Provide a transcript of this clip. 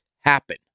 happen